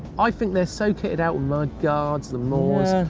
i think they're so kicked out, oh, my god. the mores.